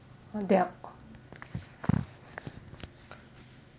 their